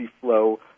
flow